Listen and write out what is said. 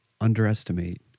underestimate